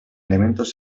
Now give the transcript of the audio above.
elementos